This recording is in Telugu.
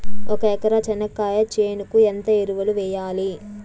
ఒక ఎకరా చెనక్కాయ చేనుకు ఎంత ఎరువులు వెయ్యాలి?